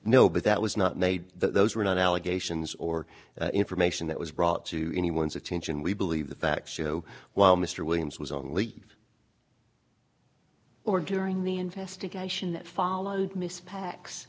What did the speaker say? know but that was not made those were not allegations or information that was brought to anyone's attention we believe the facts show while mr williams was only or during the investigation that followed miss pa